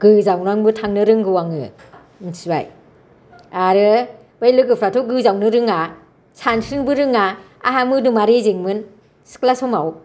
गोजावनानैबो थानो रोंगौ आङो मिथिबाय आरो बे लोगोफ्राथ' गोजावनो रोङा सानस्रिनोबो रोङा आंहा मोदोमा रेजेंमोन सिख्ला समाव